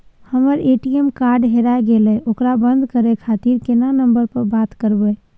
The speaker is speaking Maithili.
हमर ए.टी.एम कार्ड हेराय गेले ओकरा बंद करे खातिर केना नंबर पर बात करबे?